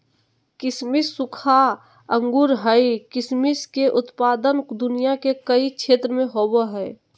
किसमिस सूखा अंगूर हइ किसमिस के उत्पादन दुनिया के कई क्षेत्र में होबैय हइ